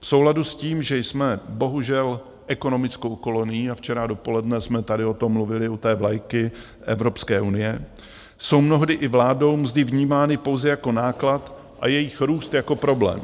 V souladu s tím, že jsme bohužel ekonomickou kolonií, a včera dopoledne jsme tady o tom mluvili u té vlajky Evropské unie, jsou mnohdy i vládou mzdy vnímány pouze jako náklad a jejich růst jako problém.